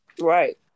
right